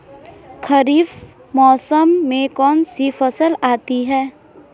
खरीफ मौसम में कौनसी फसल आती हैं?